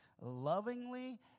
lovingly